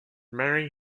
marry